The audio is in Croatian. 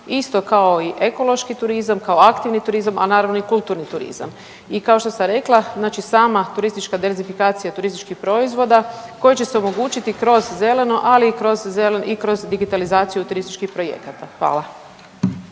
isto kao i ekološki turizam, kao aktivni turizam, a naravno i kulturni turizam. I kao što sam rekla sama turistička diversifikacija turističkih proizvoda koji će se omogućiti kroz zeleno, ali i kroz digitalizaciju turističkih projekata. Hvala.